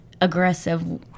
aggressive